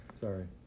Sorry